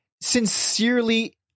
sincerely